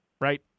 right